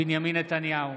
בנימין נתניהו,